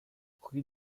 rue